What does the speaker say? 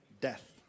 death